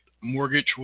Mortgage